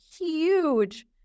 huge